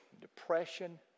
depression